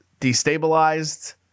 destabilized